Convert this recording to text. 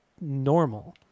normal